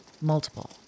Multiple